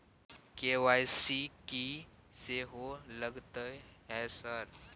KYC की सेहो लगतै है सर?